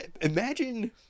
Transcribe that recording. Imagine